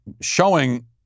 showing